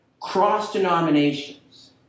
Cross-denominations